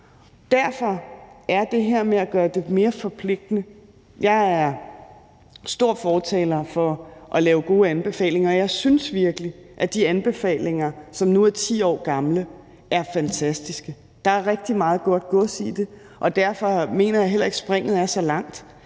Derfor er der det her med at gøre det mere forpligtende. Jeg er en stor fortaler for at lave gode anbefalinger, og jeg synes virkelig, at de anbefalinger, som nu er 10 år gamle, er fantastiske. Der er rigtig meget godt gods i det, og derfor mener jeg heller ikke, at springet er så langt.